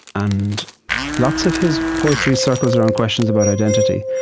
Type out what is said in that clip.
and lots of his poetry circles around questions about identity.